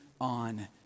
on